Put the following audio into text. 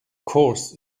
course